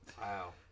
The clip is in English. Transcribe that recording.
Wow